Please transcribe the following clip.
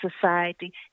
society